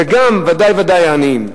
וגם ודאי וודאי העניים.